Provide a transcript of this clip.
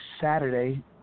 Saturday